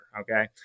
Okay